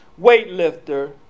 weightlifter